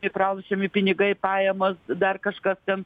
pralošiami pinigai pajamos dar kažkas ten